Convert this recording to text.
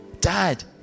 Dad